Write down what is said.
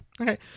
okay